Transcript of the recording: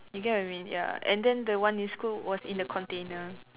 you get what I mean ya and then the one in school was in the container